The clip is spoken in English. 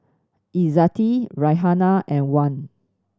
Izzati Raihana and Wan